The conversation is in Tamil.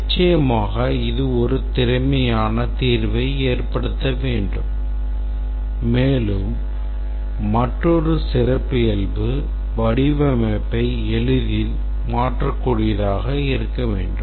நிச்சயமாக இது ஒரு திறமையான தீர்வை ஏற்படுத்த வேண்டும் மேலும் மற்றொரு சிறப்பியல்பு வடிவமைப்பை எளிதில் மாற்றக்கூடியதாக இருக்க வேண்டும்